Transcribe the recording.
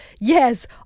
yes